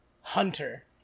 Hunter